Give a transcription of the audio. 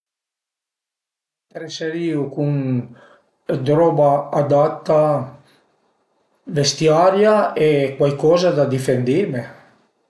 M'atreserìu cun d'roba adatta vestiaria e cuaicoza da difendime